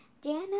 Dana